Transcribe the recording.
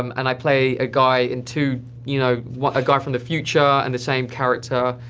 um and i play a guy in two, you know, a guy from the future, and the same character